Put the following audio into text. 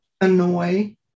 annoy